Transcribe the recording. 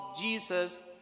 Jesus